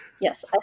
Yes